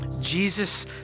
Jesus